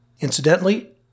Incidentally